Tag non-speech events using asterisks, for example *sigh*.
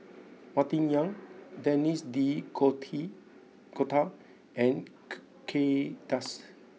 Martin Yan Denis D' coty Cotta and *hesitation* Kay Das